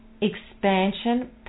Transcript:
expansion